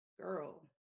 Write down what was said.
girl